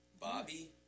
Bobby